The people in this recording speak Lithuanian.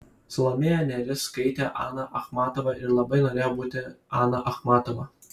salomėja nėris skaitė aną achmatovą ir labai norėjo būti ana achmatova